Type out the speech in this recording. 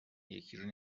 یکیو